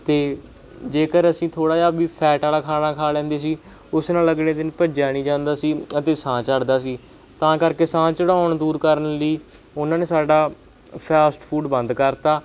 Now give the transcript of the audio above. ਅਤੇ ਜੇਕਰ ਅਸੀਂ ਥੋੜ੍ਹਾ ਜਿਹਾ ਵੀ ਫੈਟ ਵਾਲਾ ਖਾਣਾ ਖਾ ਲੈਂਦੇ ਸੀ ਉਸ ਨਾਲ ਅਗਲੇ ਦਿਨ ਭੱਜਿਆ ਨਹੀਂ ਜਾਂਦਾ ਸੀ ਅਤੇ ਸਾਹ ਚੜ੍ਹਦਾ ਸੀ ਤਾਂ ਕਰਕੇ ਸਾਹ ਚੜ੍ਹਾਉਣ ਦੂਰ ਕਰਨ ਲਈ ਉਹਨਾਂ ਨੇ ਸਾਡਾ ਫਾਸਟ ਫੂਡ ਬੰਦ ਕਰਤਾ